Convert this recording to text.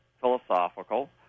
philosophical